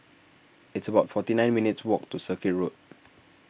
it's about forty nine minutes' walk to Circuit Road